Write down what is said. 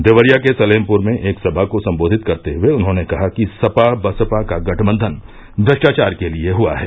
देवरिया के सलेमपुर में एक सभा को सम्बोधित करते हुये उन्होंने कहा कि सपा बसपा का गठबंधन भ्रष्टाचार के लिये हुआ है